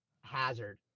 hazard